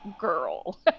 girl